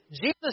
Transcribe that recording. Jesus